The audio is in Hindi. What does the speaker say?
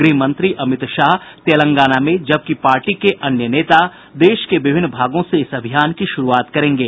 ग्रहमंत्री अमित शाह तेलंगाना में जबकि पार्टी के अन्य नेता देश के विभिन्न भागों से इस अभियान की शुरूआत करेंगे